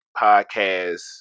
podcasts